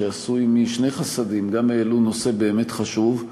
שעשו עמי שני חסדים: גם העלו נושא באמת חשוב,